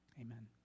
Amen